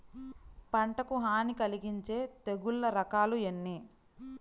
పంటకు హాని కలిగించే తెగుళ్ళ రకాలు ఎన్ని?